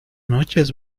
noches